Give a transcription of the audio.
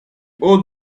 old